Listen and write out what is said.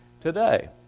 today